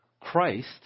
Christ